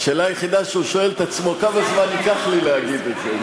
השאלה היחידה שהוא שואל את עצמו: כמה זמן ייקח לי להגיד את זה,